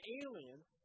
aliens